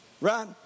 Right